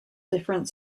different